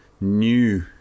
new